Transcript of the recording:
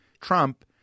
Trump